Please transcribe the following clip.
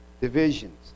Divisions